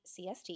CST